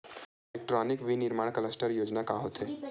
Electronic विनीर्माण cluster योजना का होथे?